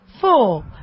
four